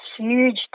huge